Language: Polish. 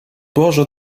boże